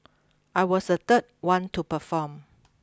I was the third one to perform